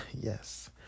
yes